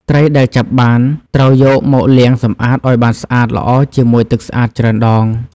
ត្រីដែលចាប់បានត្រូវយកមកលាងសម្អាតឱ្យបានស្អាតល្អជាមួយទឹកស្អាតច្រើនដង។